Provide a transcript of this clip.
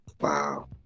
Wow